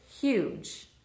huge